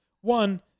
One